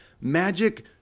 magic